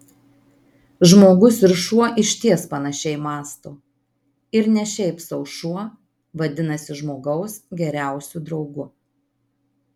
žmogus ir šuo išties panašiai mąsto ir ne šiaip sau šuo vadinasi žmogaus geriausiu draugu